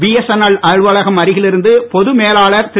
BSNL அலுவலகம் அருகில் இருந்து பொது மேலாளர் திரு